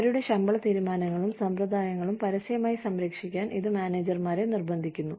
അവരുടെ ശമ്പള തീരുമാനങ്ങളും സമ്പ്രദായങ്ങളും പരസ്യമായി സംരക്ഷിക്കാൻ ഇത് മാനേജർമാരെ നിർബന്ധിക്കുന്നു